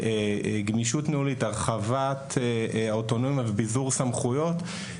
גמישות ניהולית, הרחבת אוטונומיה וביזור סמכויות.